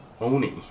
Oni